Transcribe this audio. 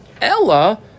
Ella